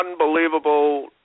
unbelievable